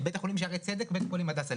בית החולים שערי צדק ובית החולים הדסה,